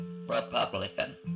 Republican